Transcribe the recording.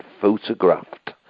photographed